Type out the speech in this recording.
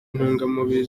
intungamubiri